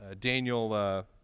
Daniel